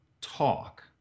talk